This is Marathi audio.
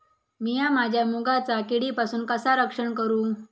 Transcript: मीया माझ्या मुगाचा किडीपासून कसा रक्षण करू?